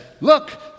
Look